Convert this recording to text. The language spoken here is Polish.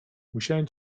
musiałem